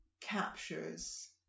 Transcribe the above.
captures